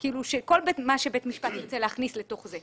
כל מה שבית משפט ירצה להכניס לתוך זה.